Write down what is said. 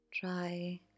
Try